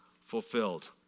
fulfilled